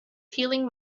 feeling